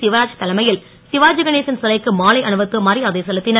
சிவராஜ் தலைமை ல் சிவாஜி கணேசன் சிலைக்கு மாலை அணிவித்து மரியாதை செலுத் னர்